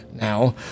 now